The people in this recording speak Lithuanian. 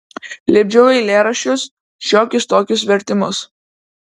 lipdžiau eilėraščius šiokius tokius vertimus